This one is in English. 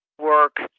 work